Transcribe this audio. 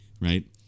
right